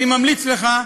אני ממליץ לך,